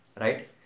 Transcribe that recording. right